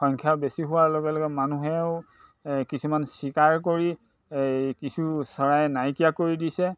সংখ্যা বেছি হোৱাৰ লগে লগে মানুহেও কিছুমান স্বীকাৰ কৰি কিছু চৰাই নাইকিয়া কৰি দিছে